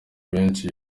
benshi